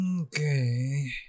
Okay